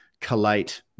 collate